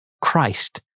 Christ